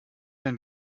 wenn